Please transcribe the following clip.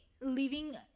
leaving